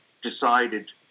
decided